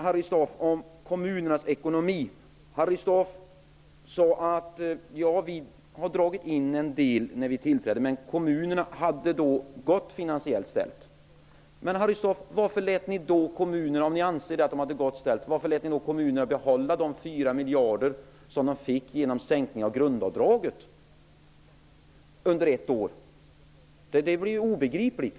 Harry Staaf sade att man hade dragit in en del när man tillträdde men att kommunerna då hade det gott ställt finansiellt. Men om ni ansåg att kommunerna hade det gott ställt, varför lät ni dem då behålla de 4 miljarder som de fick genom sänkningen av grundavdraget under ett år? Det är obegripligt.